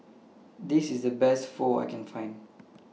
This IS The Best Pho that I Can Find